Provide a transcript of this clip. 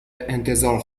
انتظار